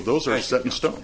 those are set in stone